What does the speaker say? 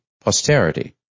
Posterity